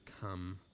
come